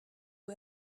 who